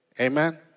Amen